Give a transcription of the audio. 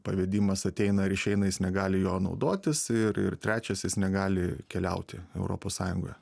pavedimas ateina ir išeina jis negali juo naudotis ir ir trečias jis negali keliauti europos sąjungoje